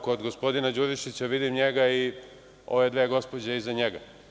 Kod gospodina Đurišića vidim njega i ove dve gospođe iza njega.